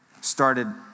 started